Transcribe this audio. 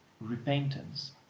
repentance